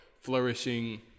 flourishing